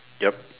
yup